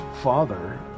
father